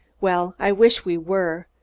well, i wish we were.